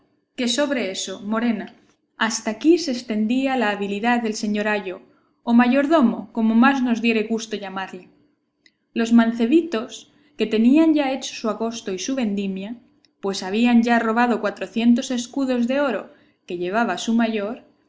que sobre eso morena hasta aquí se estendía la habilidad del señor ayo o mayordomo como más nos diere gusto llamarle los mancebitos que tenían ya hecho su agosto y su vendimia pues habían ya robado cuatrocientos escudos de oro que llevaba su mayor